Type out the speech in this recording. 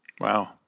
Wow